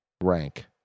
rank